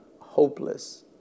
hopeless